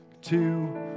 two